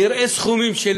נראה סכומים,